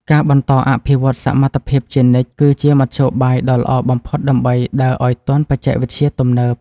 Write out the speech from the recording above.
ការបន្តអភិវឌ្ឍសមត្ថភាពជានិច្ចគឺជាមធ្យោបាយដ៏ល្អបំផុតដើម្បីដើរឱ្យទាន់បច្ចេកវិទ្យាទំនើប។